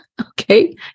Okay